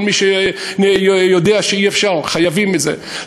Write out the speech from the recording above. כל אחד יודע שאי-אפשר, חייבים מזה.